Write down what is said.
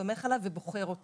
סומך עליו ובוחר אותו